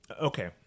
Okay